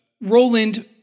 Roland